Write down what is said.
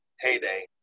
heyday